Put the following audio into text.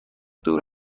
دور